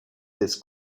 his